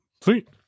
Sweet